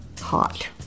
hot